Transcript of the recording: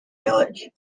village